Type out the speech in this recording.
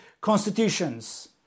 constitutions